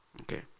okay